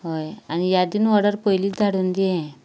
हय आनी यादीन ऑडर पयलीत धाडून दियात